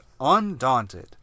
undaunted